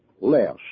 less